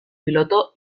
piloto